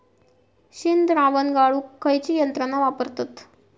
शेणद्रावण गाळूक खयची यंत्रणा वापरतत?